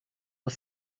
was